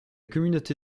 communauté